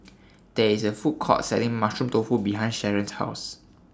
There IS A Food Court Selling Mushroom Tofu behind Sharron's House